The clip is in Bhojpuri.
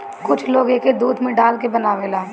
कुछ लोग एके दूध में डाल के बनावेला